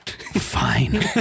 Fine